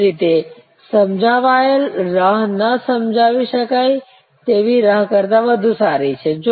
એ જ રીતે સમજાવાયેલ રાહ ન સમજાવી શકાય તેવી રાહ કરતાં વધુ સારી છે